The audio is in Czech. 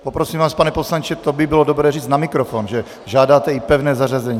Poprosím vás, pane poslanče, to by bylo dobré říci na mikrofon, že žádáte i pevné zařazení.